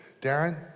Darren